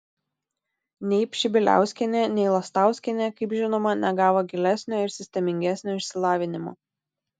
nei pšibiliauskienė nei lastauskienė kaip žinoma negavo gilesnio ir sistemingesnio išsilavinimo